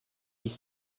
dix